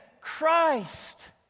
Christ